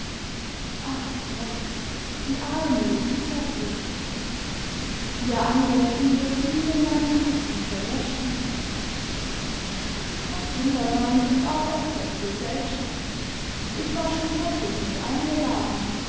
ach gott die arme elisabeth ihr andenken wird nie in meinem herzen verlschen frau kindermann gibt auch öfters gesellschaft ich war schon häufig mit eingeladen